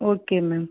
okay ma'am